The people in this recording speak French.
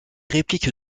répliques